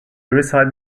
reside